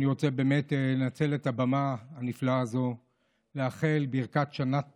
אני רוצה באמת לנצל את הבמה הנפלאה הזאת ולאחל ברכת שנה טובה,